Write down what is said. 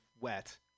wet